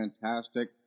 fantastic